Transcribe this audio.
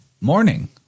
morning